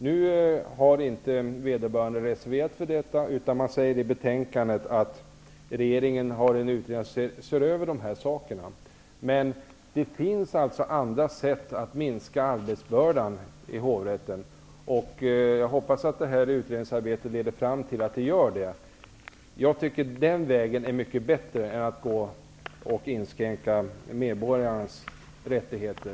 Nu har inte motionären reserverat sig i utskottet utan ställer sig bakom vad som sägs i betänkandet, att regeringen har tillsatt en utredning som ser över de här sakerna. Men det finns alltså andra sätt att minska arbetsbördan i hovrätten. Jag hoppas att utredningsarbetet leder fram till att sådana föreslås. Jag tycker att den väg som anvisas i den nyssnämnda motionen är mycket bättre än att inskränka medborgarnas rättigheter.